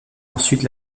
ensuite